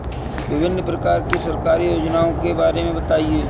विभिन्न प्रकार की सरकारी योजनाओं के बारे में बताइए?